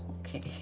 Okay